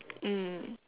mm